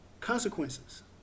consequences